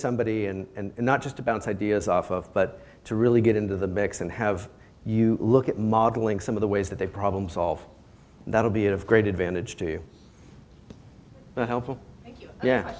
somebody and not just a bounce ideas off of but to really get into the mix and have you look at modeling some of the ways that they problem solve that would be of great advantage to you yeah